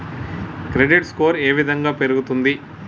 Credit score ఏ విధంగా పెరుగుతుంది?